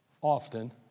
often